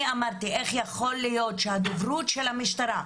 אני אמרתי איך יכול להיות שהדוברות של המשטרה,